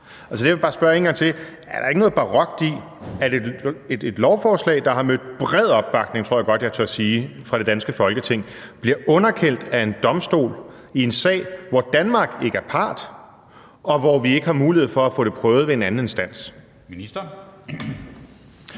Er der ikke noget barokt i, at et lovforslag, der har mødt bred opbakning, tror jeg godt jeg tør sige, fra det danske Folketing, bliver underkendt af en domstol i en sag, hvor Danmark ikke er part, og hvor vi ikke har mulighed for at få det prøvet ved en anden instans?